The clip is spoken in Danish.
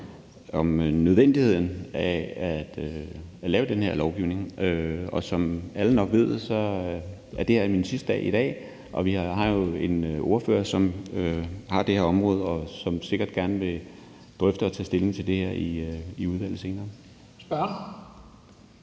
om nødvendigheden af at lave en sådan lovgivning. Som alle nok ved, er det min sidste dag i dag, og vi har jo en ordfører, som har det område, og som sikkert gerne vil drøfte og tage stilling til det her i udvalget senere. Kl.